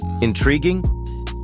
Intriguing